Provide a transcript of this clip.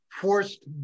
forced